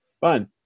fine